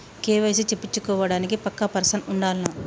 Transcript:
KYC చేపిచ్చుకోవడానికి పక్కా person ఉండాల్నా?